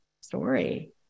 story